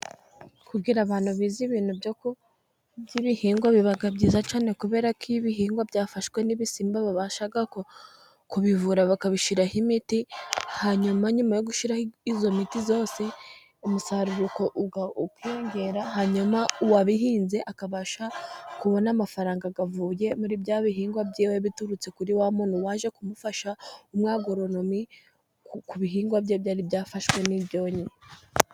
Kugira abantu bize ibintu by'ibihingwa biba byiza cyane, kuberako iyo ibihingwa byafashwe n'ibisimba babasha kubivura bakabishyiraho imiti ,hanyuma nyuma yo gushyiraho iyo miti yose umusaruro ukiyongera, hanyuma uwabihinze akabasha kubona amafaranga avuye muri bya bihingwa bye ,biturutse kuri wa muntu waje kumufasha w'umwagoronomi ku bihingwa bye byari byafashwe n'ibyonnyi.